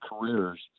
careers